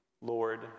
Lord